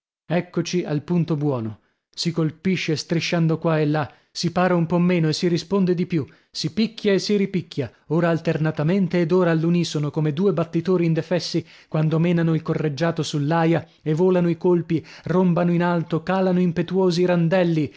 eccoci al punto buono si colpisce strisciando qua e là si para un po meno e si risponde di più si picchia e si ripicchia ora alternamente ed ora all'unisono come due battitori indefessi quando menano il correggiato sull'aia e volano i colpi rombano in alto calano impetuosi